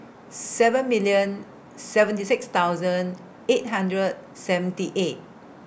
seven million seventy six thousand eight hundred seventy eight